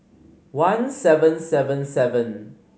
one seven seven seven